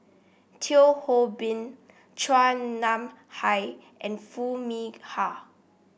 Teo Ho Pin Chua Nam Hai and Foo Mee Har